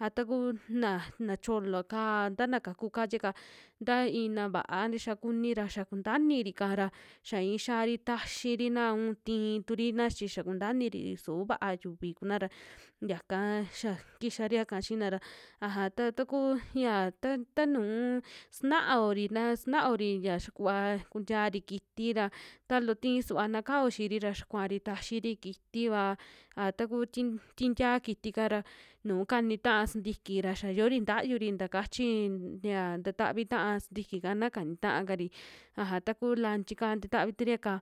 a taku na naa cholo'ka tana kaku calle'ka taa ina va'á tixa kuni ra xia kuntainiri'ka ra xia i'i xiari taxirina un tii turina chi xa kuntaniri su va'a yuvi kuna ra yaka xa kixaria'ka xiina ra, aja ta taaku ya ta, ta nuu sinaori na sinaori ya xa kuva kuntiaro kiti'ra ta loo tiisuva na kao xi'iri ra xia kuari taxiri kitivaa a taku tii ti ntia kiti'ka ra nuu kani taa sintiki ra xia yoori ntayuri nta kachin ya tatavi ta'a sintikika na kani taaka'ri aja taku lanchi'ka titavi turia'ka.